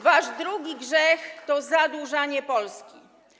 Wasz drugi grzech to zadłużanie Polski.